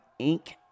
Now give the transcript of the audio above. Inc